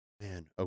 man